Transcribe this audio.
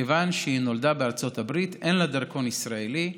כיוון שהיא נולדה בארצות הברית ואין לה דרכון ישראלי,